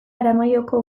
aramaioko